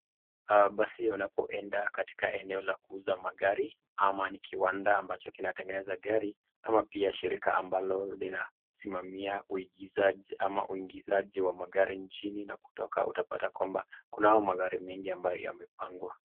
Basi unapoenda katika eneo la kuuza magari ama ni kiwanda ambacho kinatengeneza gari, ama pia shirika ambalo linasimamia uingizaji wa magari nchini na kutoka utapata kwamba kunao magari mengi ambayo yamepangwa.